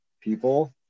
people